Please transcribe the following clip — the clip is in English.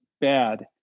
bad